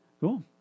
Cool